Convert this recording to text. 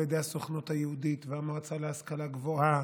ידי הסוכנות היהודית והמועצה להשכלה גבוהה